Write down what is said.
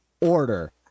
order